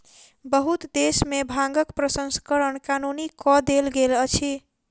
बहुत देश में भांगक प्रसंस्करण कानूनी कअ देल गेल अछि